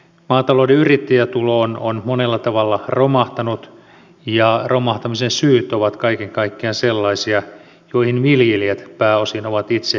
maatalouden yrittäjätulo on monella tavalla romahtanut ja romahtamisen syyt ovat kaiken kaikkiaan sellaisia joihin viljelijät pääosin ovat itse syyttömiä